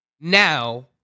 now